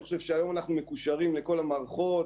אני חושב שהיום אנחנו מקושרים לכל המערכות,